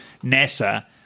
NASA